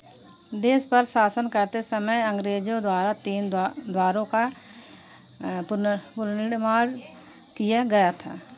देश पर शासन करते समय अंग्रेजों द्वारा तीन द्वा द्वारों का पुनर पुनर्निर्माण किया गया था